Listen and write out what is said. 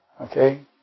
Okay